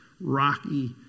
rocky